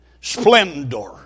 splendor